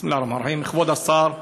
בסם אללה א-רחמאן א-רחים.